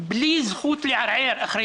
אחרי